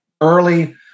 early